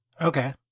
Okay